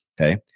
okay